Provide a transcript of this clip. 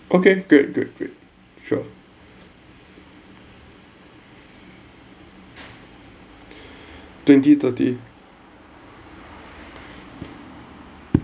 okay good good good sure twenty thirty